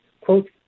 quote